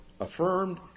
affirmed